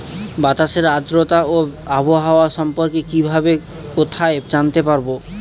বাতাসের আর্দ্রতা ও আবহাওয়া সম্পর্কে কিভাবে কোথায় জানতে পারবো?